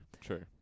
true